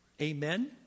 Amen